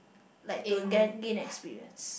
like to ga~ gain experience